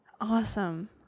Awesome